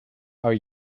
are